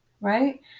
right